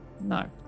No